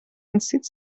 entzieht